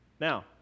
Now